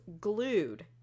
glued